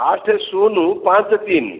ଆଠ ଶୂନ ପାଞ୍ଚ ତିନି